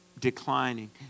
declining